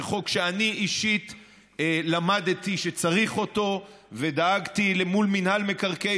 זה חוק שאני אישית למדתי שצריך אותו ודאגתי למול מינהל מקרקעי